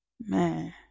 man